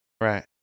Right